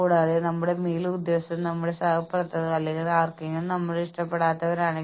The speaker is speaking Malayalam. കൂടാതെ ആളുകളെക്കുറിച്ചുള്ള അവരുടെ മുൻകാല പ്രകടനത്തെ അടിസ്ഥാനമാക്കി ഞങ്ങൾ ഒരു കൂട്ടം പ്രതീക്ഷകൾ രൂപപ്പെടുത്തുന്നു